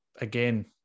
again